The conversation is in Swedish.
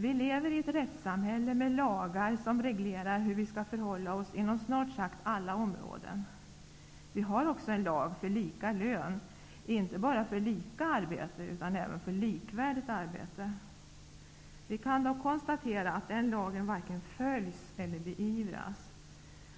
Vi lever i ett rättssamhälle med lagar som reglerar hur vi skall förhålla oss inom snart sagt alla områden. Vi har också en lag för lika lön inte bara för lika arbete utan även för likvärdigt arbete. Vi kan dock konstatera att den lagen varken följs eller beivras.